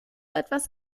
etwas